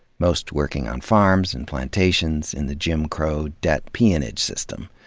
most working on farms and plantations in the jim crow debt peonage system.